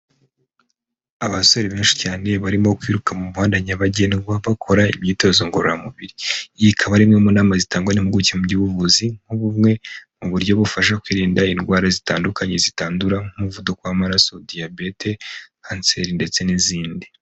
Abasore benshi cyane barimo kwiruka mu muhanda nyabagendwa bakora imyitozo ngororamubiri. Iyi ikaba imwe mu nama zitangwa n'impuguke mu by'ubuvuzi nk'ubumwe mu buryo bufasha kwirinda indwara zitandukanye zitandura nk'umuvuduko w'amaraso, diyabete, kanseri ndetse n'izindi.